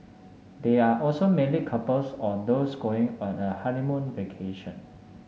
they are also mainly couples or those going on a honeymoon vacation